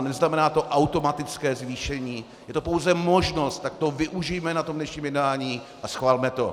Neznamená to automatické zvýšení, je to pouze možnost, tak toho využijme na tom dnešním jednání a schvalme to!